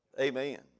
Amen